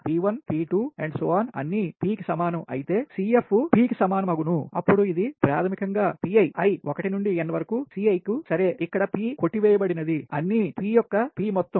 P1 P2 అన్నీ P కి సమానం అయితే CF P కి సమానమగును అప్పుడు ఇది ప్రాథమికం గా Pi i 1 నుండి n C i కు సరే ఇక్కడ P కొట్టి వేయబడినది అన్నీ P యొక్క P మొత్తం